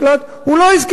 הוא לא יזכה להגנות,